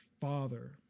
father